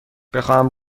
بخواهم